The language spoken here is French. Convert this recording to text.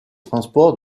transports